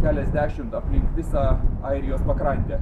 keliasdešimt aplink visą airijos pakrantę